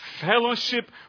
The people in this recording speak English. fellowship